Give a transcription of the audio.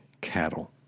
cattle